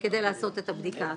כדי לעשות את הבדיקה.